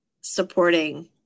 supporting